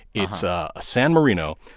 it's ah ah san marino,